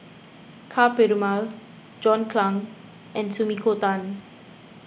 Ka Perumal John Clang and Sumiko Tan